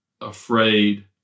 afraid